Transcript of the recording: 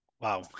wow